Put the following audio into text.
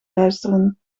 luisteren